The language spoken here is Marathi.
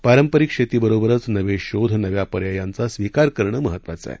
पारंपरिक शेतीबरोबरच नवे शोध नव्या पर्यायांचा स्वीकार करणं महत्त्वाचं आहे